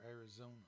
Arizona